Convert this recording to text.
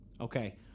Okay